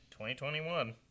2021